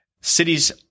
cities